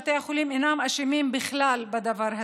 בתי החולים אינם אשמים בכלל בדבר הזה.